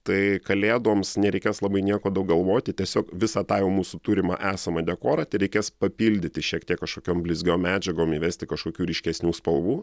tai kalėdoms nereikės labai nieko daug galvoti tiesiog visą tą jau mūsų turimą esamą dekorą tereikės papildyti šiek tiek kažkokiom blizgiom medžiagom įvesti kažkokių ryškesnių spalvų